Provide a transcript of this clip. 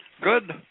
Good